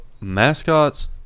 mascots